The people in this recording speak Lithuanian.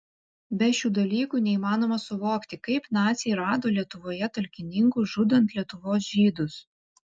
be šių dalykų neįmanoma suvokti kaip naciai rado lietuvoje talkininkų žudant lietuvos žydus